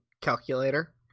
Calculator